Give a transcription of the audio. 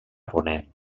ponent